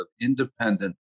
independent